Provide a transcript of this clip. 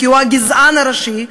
כי הוא הגזען הראשי,